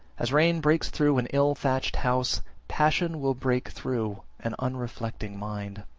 as rain breaks through an ill-thatched house, passion will break through an unreflecting mind.